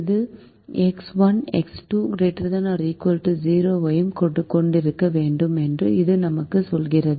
இது x 1 x 2 ≥ 0 ஐயும் கொண்டிருக்க வேண்டும் என்று இது நமக்கு சொல்கிறது